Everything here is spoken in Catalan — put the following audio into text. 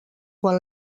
quan